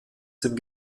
dem